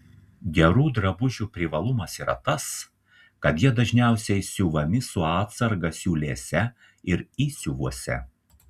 gerų drabužių privalumas yra tas kad jie dažniausiai siuvami su atsarga siūlėse ir įsiuvuose